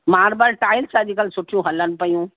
marble tiles अॼकल्ह सुठी हलनि पियूं